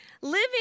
Living